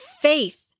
faith